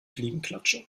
fliegenklatsche